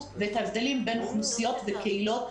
ואת ההבדלים בין אוכלוסיות וקהילות,